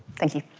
thank you.